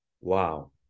Wow